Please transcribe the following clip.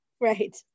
Right